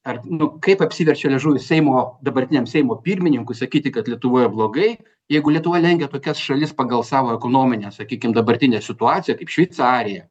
ar nu kaip apsiverčia liežuvis seimo dabartiniam seimo pirmininkui sakyti kad lietuvoje blogai jeigu lietuva lenkia tokias šalis pagal savo ekonominę sakykim dabartinę situaciją kaip šveicariją